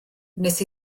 wnes